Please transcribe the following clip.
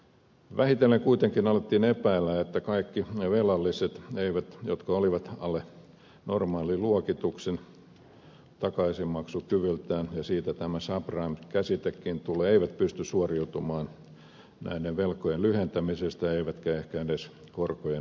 vähitellen kuitenkin alettiin epäillä että kaikki ne velalliset jotka olivat alle normaaliluokituksen takaisinmaksukyvyltään siitä tämä subprime käsitekin tulee eivät pysty suoriutumaan näiden velkojen lyhentämisestä eivätkä ehkä edes korkojen hoitamisesta